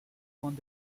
one